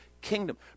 kingdom